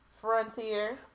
Frontier